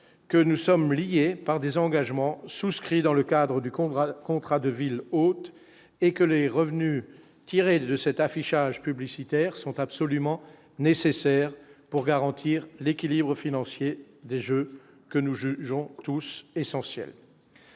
que nous sommes liés par des engagements souscrits dans le cadre du contrat, le contrat de ville hôte et que les revenus tirés de cet affichage publicitaire sont absolument nécessaires pour garantir l'équilibre financier des Jeux que nous jugeons tous essentiels,